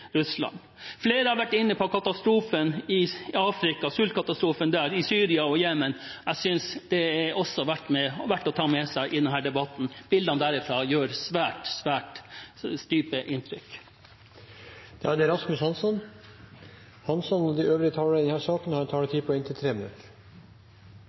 Russland. Flere har vært inne på sultkatastrofen i Afrika, i Syria og i Jemen. Jeg synes også det er verdt å ta med seg i denne debatten. Bildene derifra gjør svært, svært dypt inntrykk. De talere som heretter får ordet, har en